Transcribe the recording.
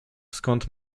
skąd